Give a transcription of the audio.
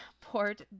Port